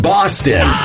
Boston